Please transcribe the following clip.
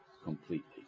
completely